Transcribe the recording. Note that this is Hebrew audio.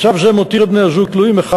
מצב זו מותיר את בני-הזוג תלויים אחד